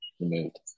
removed